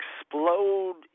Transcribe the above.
explode